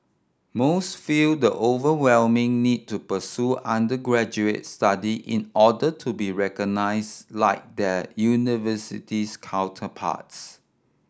most feel the overwhelming need to pursue undergraduate study in order to be recognised like their university's counterparts